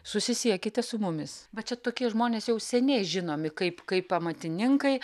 susisiekite su mumis va čia tokie žmonės jau seniai žinomi kaip kaip amatininkai